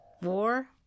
War